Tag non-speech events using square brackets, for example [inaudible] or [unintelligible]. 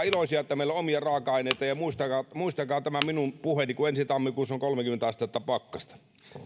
[unintelligible] iloisia että meillä on omia raaka aineita ja muistakaa muistakaa tämä minun puheeni kun ensi tammikuussa on kolmekymmentä astetta pakkasta